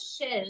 shell